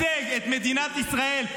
--- הוא הציל את מדינת ישראל.